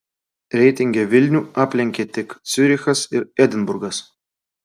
reitinge vilnių aplenkė tik ciurichas ir edinburgas